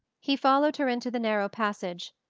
he followed her into the narrow passage.